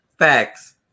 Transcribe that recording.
Facts